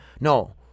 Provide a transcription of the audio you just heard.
no